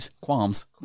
qualms